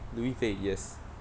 刘亦菲 yes